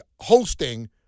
hosting